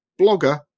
blogger